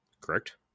correct